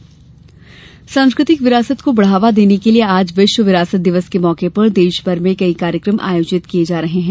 विरासत दिवस सांस्कृतिक विरासत को बढ़ावा देने के लिये आज विश्व विरासत दिवस के मौके पर देश भर में कई कार्यक्रम आयोजित किये जा रहे है